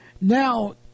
Now